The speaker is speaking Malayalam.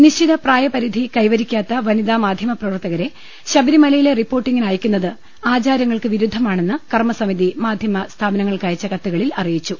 നിശ്ചിത പ്രായപ രിധി കൈവരിക്കാത്ത വനിതാ മാധ്യമപ്രവർത്തകരെ ശബരിമലയിലെ റിപ്പോർട്ടിംഗിന് അയക്കുന്നത് ആചാ രങ്ങൾക്ക് വിരുദ്ധമാണെന്ന് കർമ്മസമിതി മാധ്യമ സ്ഥാപ നങ്ങൾക്കയച്ച കത്തുകളിൽ അറിയിച്ചു